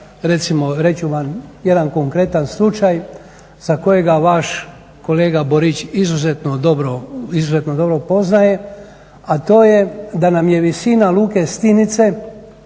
smo imali jedan konkretan slučaj za kojega vaš kolega Borić izuzetno dobro poznaje, a to je da nam je visina Luke Stinice